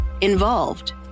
involved